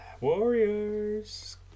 Warriors